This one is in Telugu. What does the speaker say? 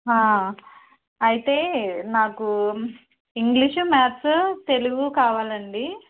అయితే నాకు ఇంగ్లీషు మ్యాథ్స్ తెలుగు కావాలండి